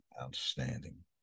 Outstanding